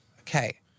Okay